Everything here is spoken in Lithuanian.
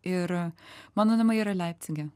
ir mano namai yra leipcige